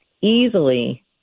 easily